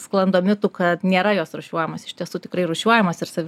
sklando mitų kad nėra jos rūšiuojamos iš tiesų tikrai rūšiuojamos ir savi